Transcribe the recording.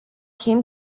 him